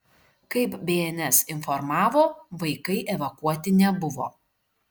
kaip bns informavo vaikai evakuoti nebuvo